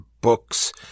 books